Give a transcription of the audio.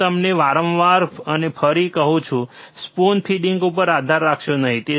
હું તમને વારંવાર અને ફરીથી કહું છું સ્પૂન ફીડિંગ ઉપર આધાર રાખશો નહીં